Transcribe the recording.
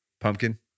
Pumpkin